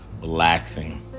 relaxing